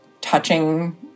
touching